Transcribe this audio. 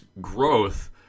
growth